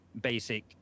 basic